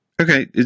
Okay